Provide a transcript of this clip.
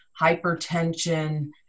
hypertension